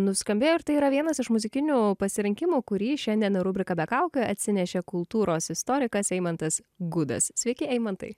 nuskambėjo ir tai yra vienas iš muzikinių pasirinkimų kurį šiandien į rubriką be kaukių atsinešė kultūros istorikas eimantas gudas sveiki eimantai